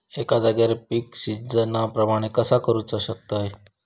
एका जाग्यार पीक सिजना प्रमाणे कसा करुक शकतय?